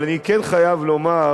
אבל אני כן חייב לומר,